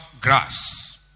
grass